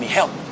help